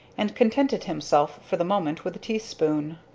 and contented himself, for the moment, with a teaspoon.